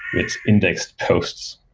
with indexed posts.